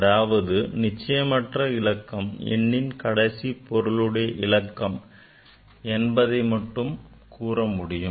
அதாவது நிச்சயமற்ற இலக்கம் எண்ணின் கடைசி பொருளுடைய இலக்கம் என்பதை மட்டும் கூற முடியும்